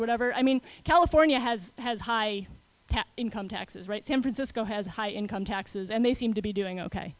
or whatever i mean california has has high income taxes right san francisco has high income taxes and they seem to be doing ok